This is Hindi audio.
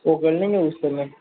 वो कर लेंगे यूज़ करने